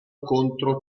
contro